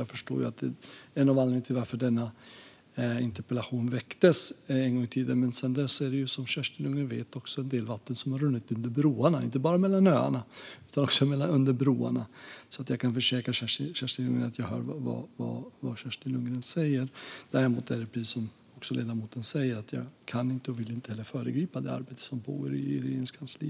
Jag förstår att det är en av anledningarna till att interpellationen en gång i tiden ställdes, men som Kerstin Lundgren också vet är det en del vatten som runnit under broarna sedan dess - inte bara mellan öarna utan också under broarna. Jag kan alltså försäkra Kerstin Lundgren om att jag hör vad hon säger. Dock är det så, precis som ledamoten säger, att jag inte kan och inte heller vill föregripa det arbete som pågår i Regeringskansliet.